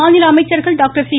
மாநில அமைச்சர்கள் doctor C